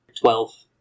Twelve